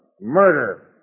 Murder